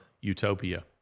utopia